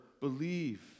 believe